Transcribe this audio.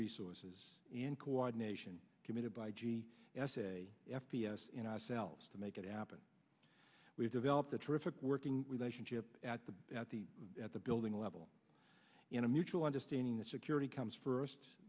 resources and coordination committed by g s a f p s in ourselves to make it happen we've developed a terrific working relationship at the at the at the building level in a mutual understanding the security comes first